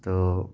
তো